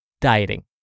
Dieting